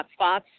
hotspots